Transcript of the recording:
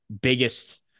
biggest